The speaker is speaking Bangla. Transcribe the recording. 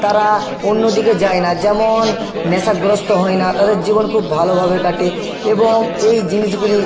তারা অন্য দিকে যায় না যেমন নেশাগ্রস্থ হয় না তাদের জীবন খুব ভালোভাবে কাটে এবং এই জিনিসগুলি